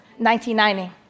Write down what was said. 1990